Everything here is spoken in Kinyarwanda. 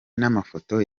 n’amafoto